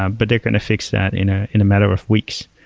ah but they're going to fix that in ah in a matter of weeks.